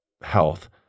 health